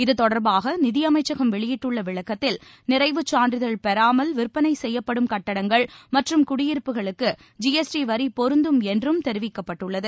இதுதொடர்பாகநிதியமைச்சகம் வெளியிட்டுள்ளவிளக்கத்தில் நிறைவுச் சான்றிதழ் பெறாமல் விற்பனைசெய்யப்படும் கட்டடங்கள் மற்றும் குடியிருப்புகளுக்கு ஜிஎஸ்டி வரிபொருந்தும் என்றும் தெரிவிக்கப்பட்டுள்ளது